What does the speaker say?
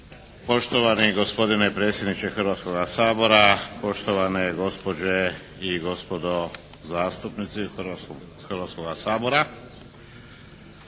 Poštovani gospodine predsjedniče Hrvatskoga sabora, poštovane gospođe i gospodo zastupnici Hrvatskoga sabora.